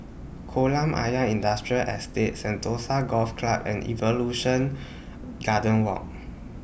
Kolam Ayer Industrial Estate Sentosa Golf Club and Evolution Garden Walk